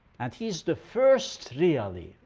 and he's the first really,